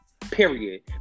Period